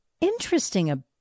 interesting